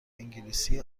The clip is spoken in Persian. انگلیسی